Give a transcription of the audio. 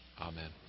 Amen